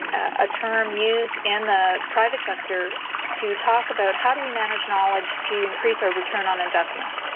a term used in the private sector to talk about how do we manage knowledge to increase our return on investment.